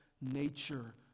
nature